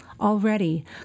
Already